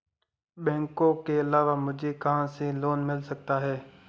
बैंकों के अलावा मुझे कहां से लोंन मिल सकता है?